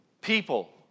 People